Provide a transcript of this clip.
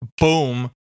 boom